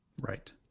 right